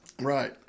Right